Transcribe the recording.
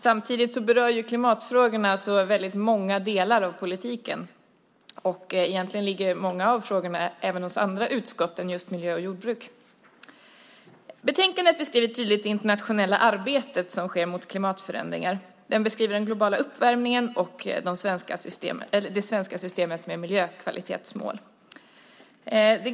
Samtidigt berör ju klimatfrågorna väldigt många delar av politiken, och många frågor ligger egentligen hos andra utskott än just miljö och jordbruksutskottet. Betänkandet beskriver tydligt det internationella arbete som sker mot klimatförändringar. Det beskriver den globala uppvärmningen och det svenska systemet med miljökvalitetsmål.